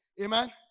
Amen